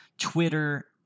Twitter